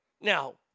Now